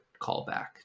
callback